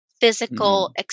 physical